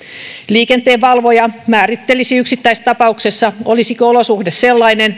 liikenteenvalvoja määrittelisi yksittäistapauksessa olisiko olosuhde sellainen